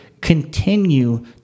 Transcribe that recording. continue